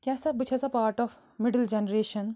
کیٛاہ سا بہٕ چھےٚ سا پارٹ آف مڈٕل جنریشَن